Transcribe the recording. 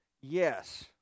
Yes